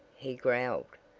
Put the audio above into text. he growled,